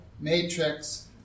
matrix